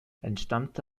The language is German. entstammte